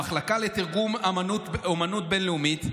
המחלקה לתרגום אומנות בין-לאומית.